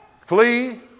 flee